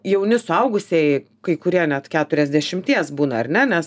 jauni suaugusieji kai kurie net keturiasdešimties būna ar ne nes